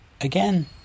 Again